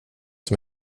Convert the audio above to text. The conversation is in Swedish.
som